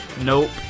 nope